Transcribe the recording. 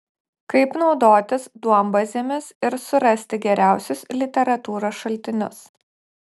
kaip naudotis duombazėmis ir surasti geriausius literatūros šaltinius